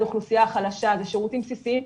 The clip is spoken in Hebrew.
זה אוכלוסייה חלשה זה שירותים בסיסיים,